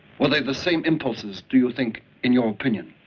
were they the same impulses, do you think, in your opinion?